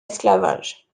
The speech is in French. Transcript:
esclavage